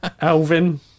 Alvin